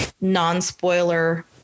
non-spoiler